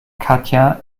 katja